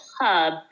hub